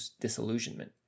disillusionment